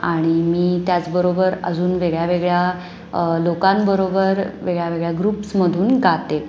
आणि मी त्याचबरोबर अजून वेगळ्या वेगळ्या लोकांबरोबर वेगळ्या वेगळ्या ग्रुप्समधून गाते